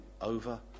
over